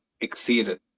exceeded